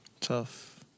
Tough